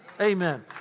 Amen